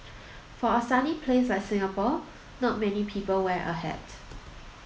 for a sunny place like Singapore not many people wear a hat